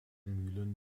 mühlen